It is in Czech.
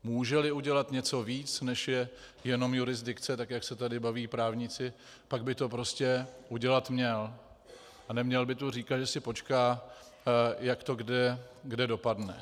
Můželi udělat něco víc, než je jenom jurisdikce, tak jak se tady baví právníci, pak by to prostě udělat měl a neměl by tu říkat, že si počká, jak to kde dopadne.